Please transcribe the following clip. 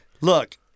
Look